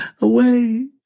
Away